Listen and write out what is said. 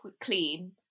clean